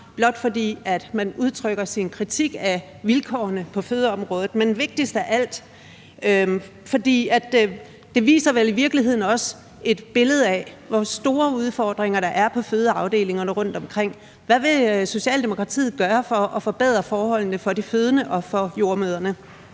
blot fordi man udtrykker sin kritik af vilkårene på fødeområdet. Men vigtigst af alt viser det vel i virkeligheden også et billede af, hvor store udfordringer der er på fødeafdelingerne rundtomkring. Hvad vil Socialdemokratiet gøre for at forbedre forholdene for de fødende og for jordemødrene?